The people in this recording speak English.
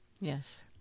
Yes